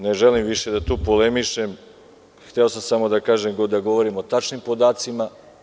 Ne želim više da polemišem, samo sam hteo da kažem da govorim o tačnim podacima.